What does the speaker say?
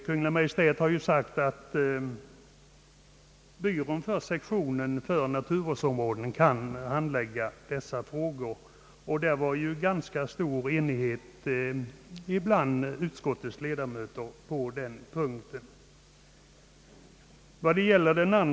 Kungl. Maj:t har uttalat att byråns sektion för naturvårdsområden kan handlägga dessa frågor, och det rådde ganska stor enighet bland utskottets ledamöter på denna punkt.